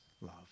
love